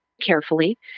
carefully